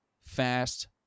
fast